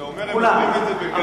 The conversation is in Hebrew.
כשאתה אומר "הם אומרים את זה בגלוי"?